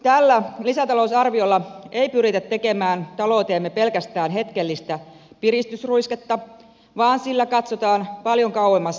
tällä lisätalousarviolla ei pyritä tekemään talouteemme pelkästään hetkellistä piristysruisketta vaan sillä katsotaan paljon kauemmas tulevaisuuteen